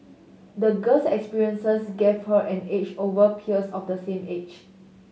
the girl's experiences gave her an edge over her peers of the same age